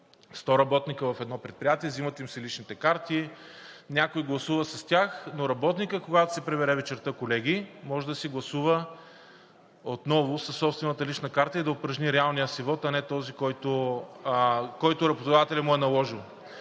100 работника в едно предприятие, взимат им се личните карти, някой гласува с тях, но работникът, когато се прибере вечерта, колеги, може да гласува отново със собствената лична карта и да упражни реалния си вот, а не този, който работодателят му е наложил.